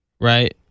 Right